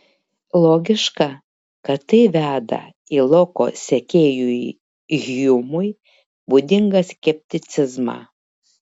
logiška kad tai veda į loko sekėjui hjumui būdingą skepticizmą